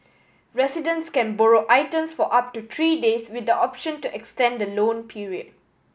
residents can borrow items for up to three days with the option to extend the loan period